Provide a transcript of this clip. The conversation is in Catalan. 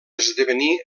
esdevenir